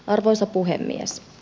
arvoisa puhemies